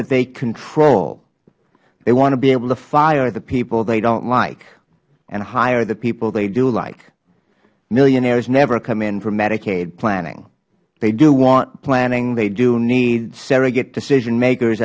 that they control they want to be able to fire the people they dont like and hire the people they do like millionaires never come in for medicaid planning they do want planning they do need surrogate decision makers